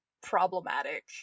problematic